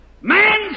Man